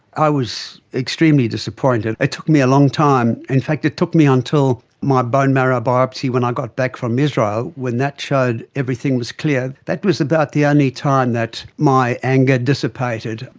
i was extremely disappointed. it took me a long time, in fact it took me until my bone marrow biopsy when i got back from israel, when that showed everything was clear, that was about the only time that my anger dissipated.